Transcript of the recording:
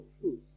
truth